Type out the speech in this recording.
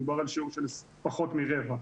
מדובר על שיעור של פחות מרבע,